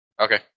Okay